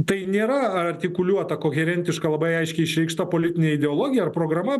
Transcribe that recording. tai nėra artikuliuota koherentiška labai aiškiai išreikšta politinė ideologija ar programa